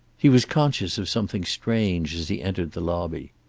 he was conscious of something strange as he entered the lobby.